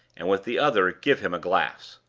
and with the other give him a glass.